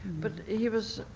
but he was,